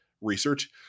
research